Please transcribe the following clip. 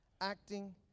Acting